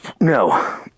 No